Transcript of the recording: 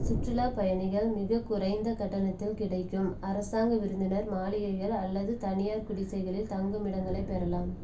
சுற்றுலாப் பயணிகள் மிகக் குறைந்த கட்டணத்தில் கிடைக்கும் அரசாங்க விருந்தினர் மாளிகைகள் அல்லது தனியார் குடிசைகளில் தங்குமிடங்களைப் பெறலாம்